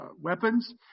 weapons